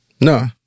No